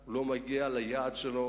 והוא לא מגיע ליעד שלו.